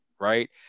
right